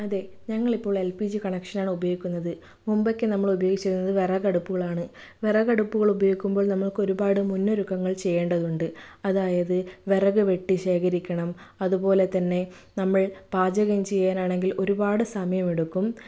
അതെ ഞങ്ങളിപ്പോൾ L P G connection ആണ് ഉപയോഗിക്കുന്നത് മുമ്പൊക്കെ നമ്മൾ ഉപയോഗിച്ചിരുന്നത് വിറകടുപ്പുകളാണ് വിറകടുപ്പുകൾ ഉപയോഗിക്കുമ്പോൾ നമുക്ക് ഒരുപാട് മുന്നൊരുക്കങ്ങൾ ചെയ്യേണ്ടതുണ്ട് അതായത് വിറക് വെട്ടി ശേഖരിക്കണം അതുപോലെത്തന്നെ നമ്മൾ പാചകം ചെയ്യാനാണെങ്കിൽ ഒരുപാട് സമയമെടുക്കും